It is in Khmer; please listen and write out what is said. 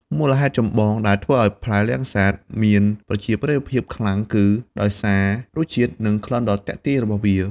មូលហេតុចម្បងដែលធ្វើឲ្យផ្លែលាំងសាតមានប្រជាប្រិយភាពខ្លាំងគឺដោយសារ រសជាតិ និងក្លិនដ៏ទាក់ទាញ របស់វា។